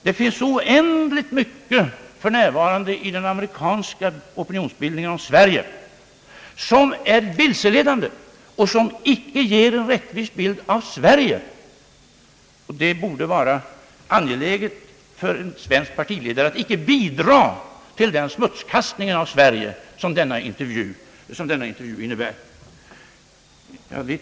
Det finns för närvarande oändligt mycket i den amerikanska opinionsbildningen om Sverige som är vilsele dande och som icke ger en rättvis bild av Sverige. Det borde vara angeläget för en svensk partiledare att icke bidra med sådan smutskastning av Sverige som ifrågavarande intervju innebär.